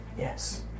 Yes